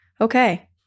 Okay